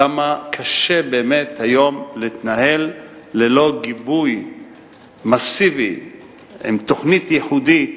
כמה קשה באמת היום להתנהל ללא גיבוי מסיבי עם תוכנית ייחודית,